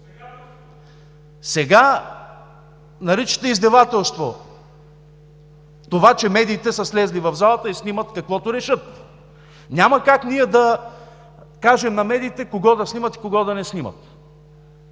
Сега наричате издевателство това, че медиите са слезли в залата и снимат каквото решат. Няма как ние да кажем на медиите кого да снимат и кого да не снимат.